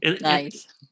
Nice